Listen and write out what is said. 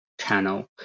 channel